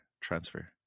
transfer